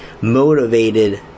motivated